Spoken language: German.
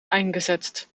eingesetzt